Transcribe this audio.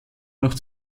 noch